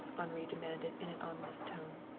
henri demanded in an ominous tone.